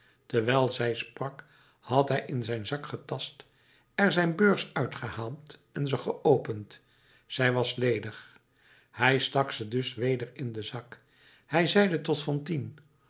terwijl zij sprak had hij in zijn zak getast er zijn beurs uitgehaald en ze geopend zij was ledig hij stak ze dus weder in den zak hij zeide tot fantine